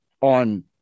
on